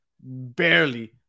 barely